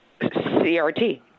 CRT